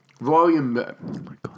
volume